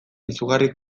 izugarri